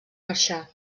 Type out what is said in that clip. marxar